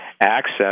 access